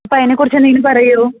അപ്പോൾ അതിനെക്കുറിച്ചെന്തേലും പറയോ